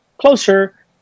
closer